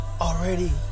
already